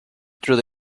through